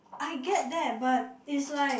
I get that but is like